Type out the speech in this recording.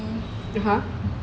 hmm (uh huh)